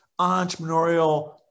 entrepreneurial